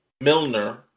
Milner